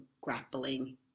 grappling